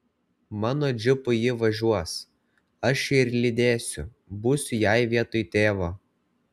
mano džipu ji važiuos aš ją ir lydėsiu būsiu jai vietoj tėvo